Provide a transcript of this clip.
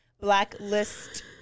Blacklist